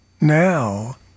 Now